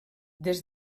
des